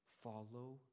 follow